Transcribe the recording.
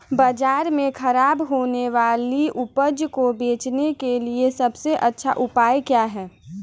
बाजार में खराब होने वाली उपज को बेचने के लिए सबसे अच्छा उपाय क्या है?